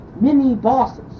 mini-bosses